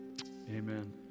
amen